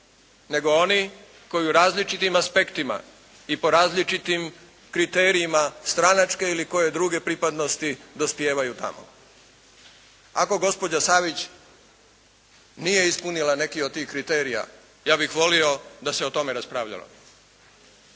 Nego oni koji u različitim aspektima i po različitim kriterijima stranačke ili koje druge pripadnosti dospijevaju tamo. Ako gospođa Savić nije ispunila neki od tih kriterija ja bih volio da se o tome raspravljalo.